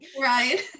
Right